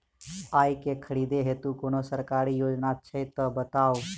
आइ केँ खरीदै हेतु कोनो सरकारी योजना छै तऽ बताउ?